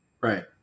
Right